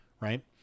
right